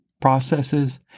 processes